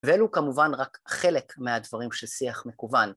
ואלו כמובן רק חלק מהדברים ששיח מקוון.